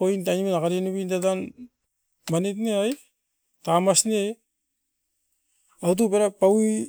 oin tan ne akarinui tatan. Manit ne ai, tamas ne oitu parait paui